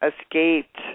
escaped